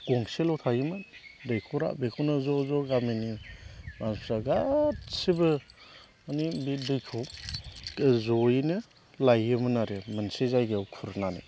गंसेल' थायोमोन दैखरा बेखौनो ज' ज' गामिनि मानसिफोरा गासैबो माने बे दैखौ ज'यैनो लायोमोन आरो मोनसे जायगायाव खुरनानै